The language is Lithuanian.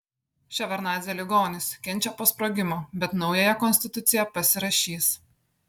ševardnadzė ligonis kenčia po sprogimo bet naująją konstituciją pasirašys